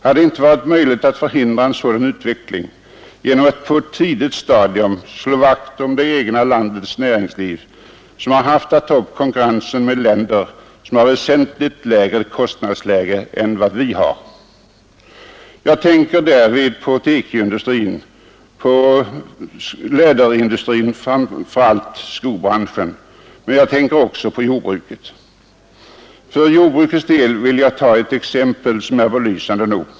Hade det inte varit möjligt att förhindra en sådan utveckling genom att på ett tidigt stadium slå vakt om det egna landets näringsliv, som har haft att ta upp konkurrensen med länder som har ett väsentligt lägre kostnadsläge än vad vi har. Jag tänker därvid på TEKO-industrin, på läderindustrin och framför allt skobranschen. Men jag tänker också på jordbruket. För jordbrukets del vill jag ta ett exempel som är belysande nog.